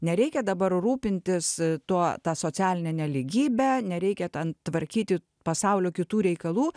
nereikia dabar rūpintis tuo tą socialine nelygybe nereikia ten tvarkyti pasaulio kitų reikalų